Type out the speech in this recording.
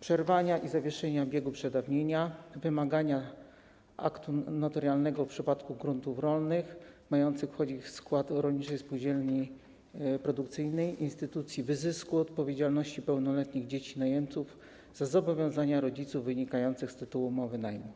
przerwania i zawieszenia biegu przedawnienia, wymagania aktu notarialnego w przypadku gruntów rolnych mających wchodzić w skład rolniczej spółdzielni produkcyjnej, instytucji wyzysku, odpowiedzialności pełnoletnich dzieci najemców za zobowiązania rodziców wynikające z tytułu umowy najmu.